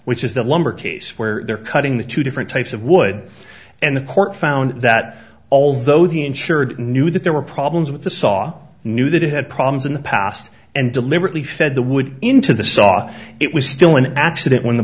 which is the lumber case where they're cutting the two different types of wood and the court found that although the insured knew that there were problems with the saw and knew that it had problems in the past and deliberately fed the wood into the saw it was still an accident the